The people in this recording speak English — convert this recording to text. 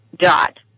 dot